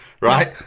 right